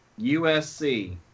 USC